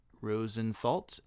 Rosenthal